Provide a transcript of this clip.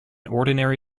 ordinary